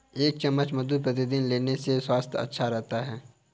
एक चम्मच मधु प्रतिदिन लेने से स्वास्थ्य अच्छा रहता है